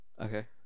okay